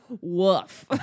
Woof